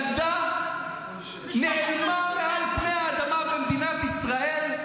ילדה נעלמה מעל פני האדמה במדינת ישראל,